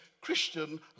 Christian